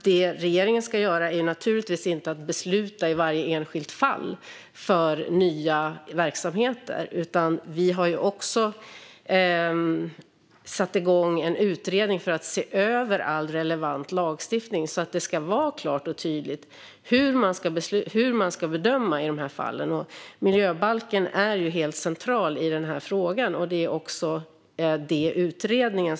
Det regeringen ska göra är naturligtvis inte att besluta i varje enskilt fall för nya verksamheter, utan vi har satt igång en utredning för att se över all relevant lagstiftning för att det ska vara klart och tydligt hur man ska bedöma i de fallen. Miljöbalken är helt central i frågan, och en utredning ska titta på den.